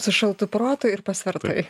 su šaltu protu ir pasvertai